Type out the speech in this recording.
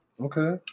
okay